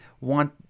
want